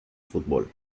fútbol